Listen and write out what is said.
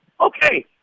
Okay